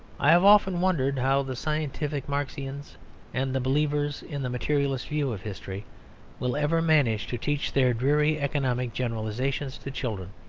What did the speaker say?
i have often wondered how the scientific marxians and the believers in the materialist view of history will ever manage to teach their dreary economic generalisations to children